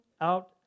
out